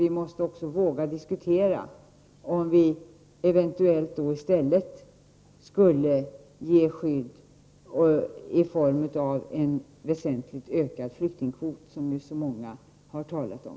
Vi måste våga diskutera om vi i stället eventuellt skulle ge skydd i form av en väsentligt utökad flyktingkvot, något som ju många här har talat om.